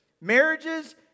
Marriages